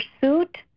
pursuit